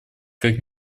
как